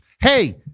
Hey